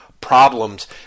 problems